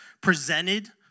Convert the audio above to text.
presented